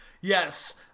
Yes